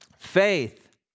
faith